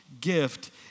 gift